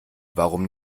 warum